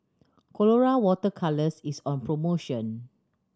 Colora Water Colours is on promotion